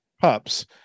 pups